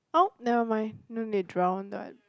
oh nevermind